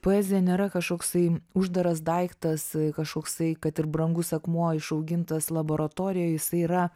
poezija nėra kažkoksai uždaras daiktas kažkoksai kad ir brangus akmuo išaugintas laboratorijoje jisai yra